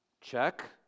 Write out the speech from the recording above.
Check